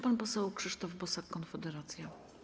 Pan poseł Krzysztof Bosak, Konfederacja.